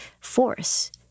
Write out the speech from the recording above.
force